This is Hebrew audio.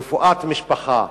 ברפואת משפחה